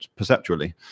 perceptually